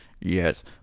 Yes